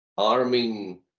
arming